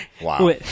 Wow